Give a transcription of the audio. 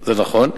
זה נכון,